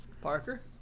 Parker